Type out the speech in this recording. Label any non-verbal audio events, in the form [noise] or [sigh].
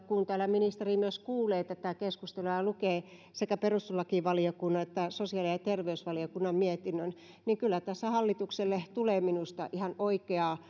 kun täällä ministeri myös kuulee tätä keskustelua ja ja lukee sekä perustuslakivaliokunnan että sosiaali ja terveysvaliokunnan mietinnön niin kyllä tässä hallitukselle tulee minusta ihan oikeaa [unintelligible]